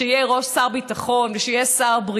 שיהיה שר ביטחון,